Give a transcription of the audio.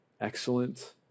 Excellent